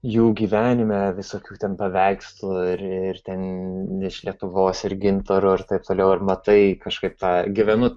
jų gyvenime visokių ten paveikslų ir ten iš lietuvos ir gintaro ir taip toliau ir matai kažkaip tą gyvenu